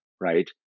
right